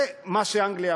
זה מה שעשו באנגליה.